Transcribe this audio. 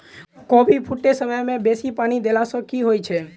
कोबी फूटै समय मे बेसी पानि देला सऽ की होइ छै?